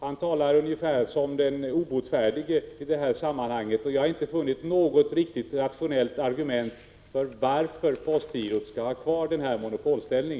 Han talar ungefär som den obotfärdige, och jag har inte funnit något riktigt rationellt argument varför postgirot skall ha kvar sin monopolställning.